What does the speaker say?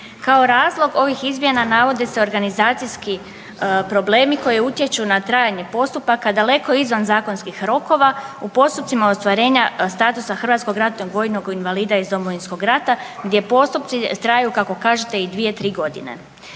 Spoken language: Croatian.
Kao razlog ovih izmjena navode se organizacijski problemi koji utječu na trajanje postupaka daleko izvan zakonskih rokova u postupcima ostvarenja statusa hrvatskog ratnog vojnog invalida iz Domovinskog rata gdje postupci traju kako kažete i dvije, tri gone.